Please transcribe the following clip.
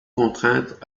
contrainte